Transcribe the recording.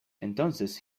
entonces